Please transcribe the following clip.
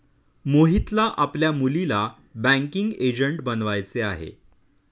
मोहितला आपल्या मुलीला बँकिंग एजंट बनवायचे आहे